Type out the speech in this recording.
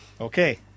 Okay